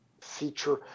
feature